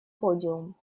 подиум